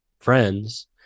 friends